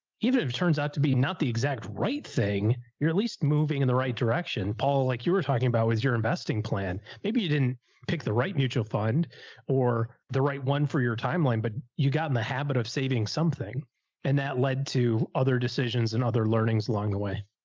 even if it turns out to be not the exact right thing. you're at least moving in the right direction. paul, like you were talking about with your investing plan, maybe you didn't pick the right mutual fund or the right one for your timeline, but you got in the habit of saving something and that led to other decisions and other learnings along the way.